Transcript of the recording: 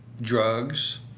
Drugs